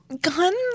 Guns